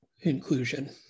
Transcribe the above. inclusion